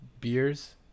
beers